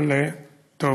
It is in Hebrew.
אבל טוב,